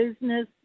business